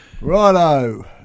Righto